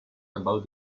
about